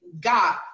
God